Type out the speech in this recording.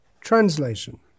Translation